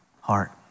heart